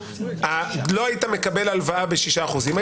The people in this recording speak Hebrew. לא היית מקבל הלוואה בשישה אחוזים.